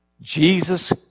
Jesus